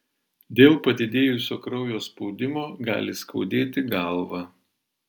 dėl padidėjusio kraujo spaudimo gali skaudėti galvą